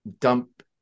dump